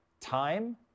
time